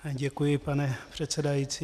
Děkuji, pane předsedající.